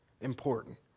important